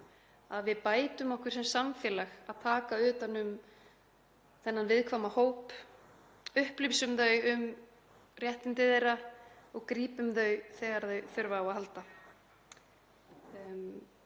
að við bætum okkur sem samfélag við að taka utan um þennan viðkvæma hóp, upplýsum fólk um réttindi sín og grípum þau þegar þau þurfa á að halda.